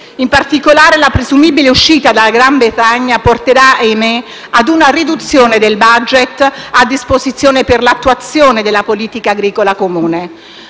In particolare, la presumibile uscita del Regno Unito porterà - ahimè! - una riduzione del *budget* a disposizione per l'attuazione della politica agricola comune.